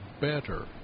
better